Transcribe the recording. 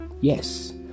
Yes